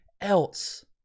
else